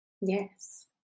Yes